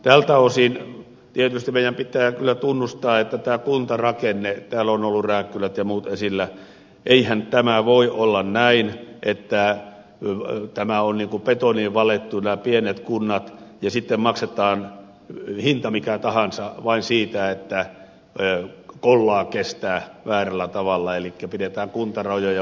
tältä osin tietysti meidän pitää kyllä tunnustaa että eihän tämä kuntarakenne täällä ovat olleet rääkkylät ja muut esillä voi olla näin että on niin kuin betoniin valettu nämä pienet kunnat ja sitten maksetaan hinta mikä tahansa vain siitä että kollaa kestää väärällä tavalla elikkä pidetään kuntarajoja valtakunnanrajan veroisina